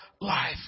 life